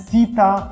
Sita